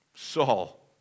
Saul